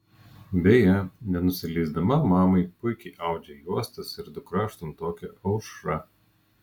beje nenusileisdama mamai puikiai audžia juostas ir dukra aštuntokė aušra